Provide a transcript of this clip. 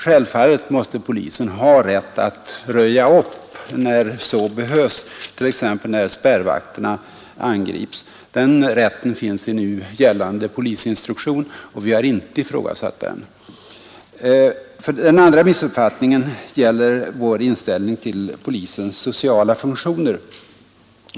Självfallet måste polisen ha rätt att röja upp när så behövs, t.ex. när spärrvakterna angrips. Den befogenheten finns i nu gällande polisinstruktion, och vi har inte ifrågasatt den. Den andra missuppfattningen gäller vår inställning till polisens sociala funktioner.